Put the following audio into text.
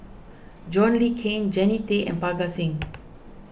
John Le Cain Jannie Tay and Parga Singh